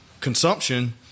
consumption